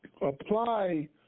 apply